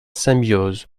symbiose